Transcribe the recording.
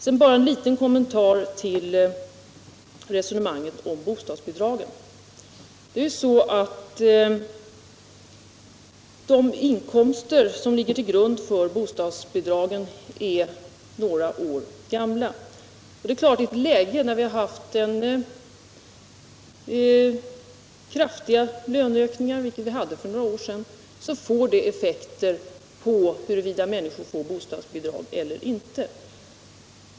Sedan bara en liten kommentar till resonemanget om bostadsbidragen. De inkomster som ligger till grund för bostadsbidragen är några år gamla. Det är klart att kraftiga löneökningar — och sådana inträffade för några år sedan — inverkar på om människor får bostadsbidrag eller inte.